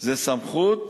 זו סמכות